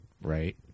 right